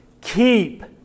Keep